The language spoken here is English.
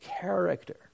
character